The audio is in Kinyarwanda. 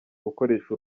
gukoresha